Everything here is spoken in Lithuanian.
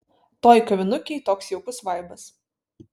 toj kavinukėj toks jaukus vaibas